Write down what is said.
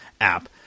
app